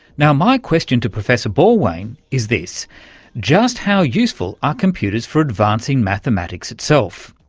now, my question to professor borwein is this just how useful are computers for advancing mathematics itself?